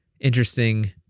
interesting